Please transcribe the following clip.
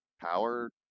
power